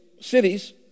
cities